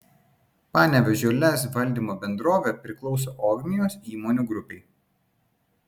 panevėžio lez valdymo bendrovė priklauso ogmios įmonių grupei